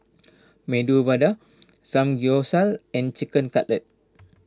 Medu Vada Samgyeopsal and Chicken Cutlet